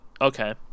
okay